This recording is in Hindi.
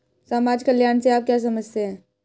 समाज कल्याण से आप क्या समझते हैं?